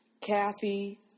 Kathy